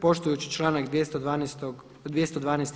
Poštujući članak 212.